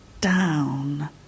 down